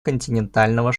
континентального